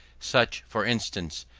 such, for instance,